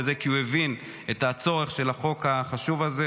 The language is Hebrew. וזה כי הוא הבין את הצורך של החוק החשוב הזה,